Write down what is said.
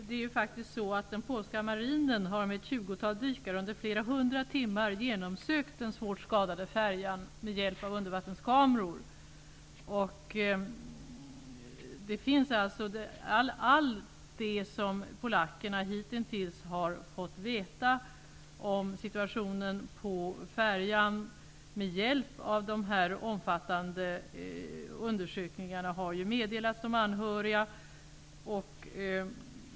Herr talman! Den polska marinen har med ett tjugotal dykare under flera hundra timmar genomsökt den svårt skadade färjan med hjälp av undervattenskameror. Allt det som polackerna hittills har fått veta om situationen på färjan med hjälp av dessa omfattande undersökningar har meddelats de anhöriga.